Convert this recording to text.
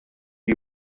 you